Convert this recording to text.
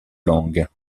langues